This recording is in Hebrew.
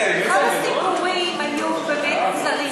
כל הסיפורים היו באמת קצרים,